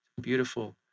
beautiful